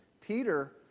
Peter